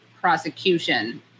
prosecution